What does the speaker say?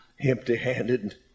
empty-handed